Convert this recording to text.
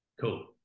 cool